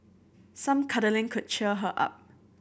some cuddling could cheer her up